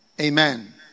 Amen